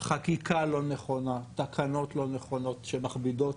חקיקה לא נכונה, תקנות לא נכונות שמכבידות